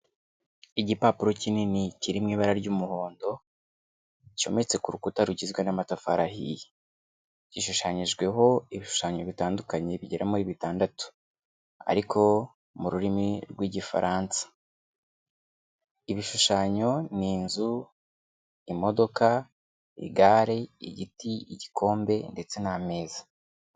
Igipapuro kinini, kiri mu ibara ry'umuhondo cyometse ku rukuta rugizwe n'amatafari ahiye. Gishushanyijweho, ibishushanyo bitandukanye bigera muri bitandatu ariko mu rurimi rw'igifaransa. Ibishushanyo ni inzu, imodoka, igare, igiti, igikombe ndetse n'ameza.